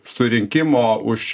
surinkimo už